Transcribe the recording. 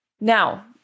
now